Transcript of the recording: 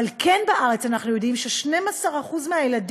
אבל אנחנו כן יודעים שבארץ 12% מהילדים